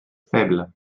faible